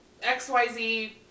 xyz